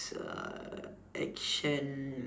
is uh action